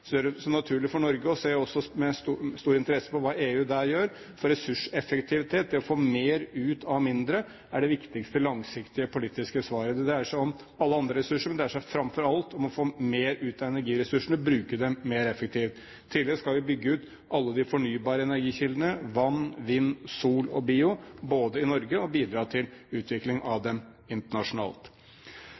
gjør det naturlig for Norge å se med stor interesse på hva EU gjør der, for ressurseffektivitet, det å få mer ut av mindre, er det viktigste langsiktige politiske svaret. Det dreier seg om alle ressurser, men det dreier seg framfor alt om å få mer ut av energiressursene og bruke dem mer effektivt. I tillegg skal vi bygge ut alle de fornybare energikildene, vann, vind, sol og bio, i Norge og også bidra til utvikling av dem internasjonalt.